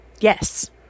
Yes